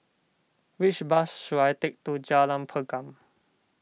which bus should I take to Jalan Pergam